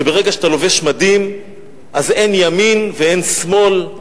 שברגע שאתה לובש מדים אז אין ימין ואין שמאל.